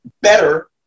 better